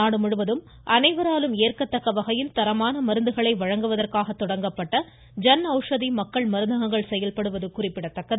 நாடு முழுவதும் அனைவராலும் ஏற்கத்தக்க வகையில் தரமான முந்துகளை வழங்குவதற்காக தொடங்கப்பட்ட ஜன் அவுஷதி மக்கள் மருந்தகங்கள் செயல்படுவது குறிப்பிடத்தக்கது